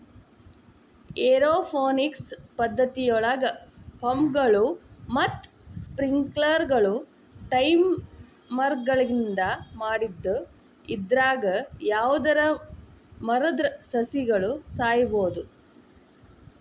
aeroponics ಪದ್ದತಿಯೊಳಗ ಪಂಪ್ಗಳು ಮತ್ತ ಸ್ಪ್ರಿಂಕ್ಲರ್ಗಳು ಟೈಮರ್ಗಳಿಂದ ಮಾಡಿದ್ದು ಇದ್ರಾಗ ಯಾವದರ ಮುರದ್ರ ಸಸಿಗಳು ಸಾಯಬೋದು